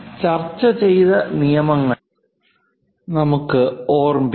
ചർച്ച ചെയ്ത നിയമങ്ങൾ നമുക്ക് ഓർമിക്കാം